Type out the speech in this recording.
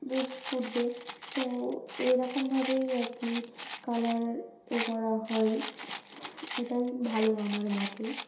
বেশ ফুটবে তো এরকমভাবেই আর কি কালার এ করা হয় এটাই ভালো আমার মতে